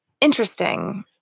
interesting